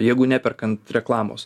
jeigu neperkant reklamos